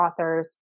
authors